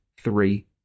three